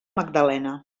magdalena